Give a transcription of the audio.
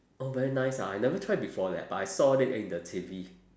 oh very nice ah I never try before leh but I saw it in the T_V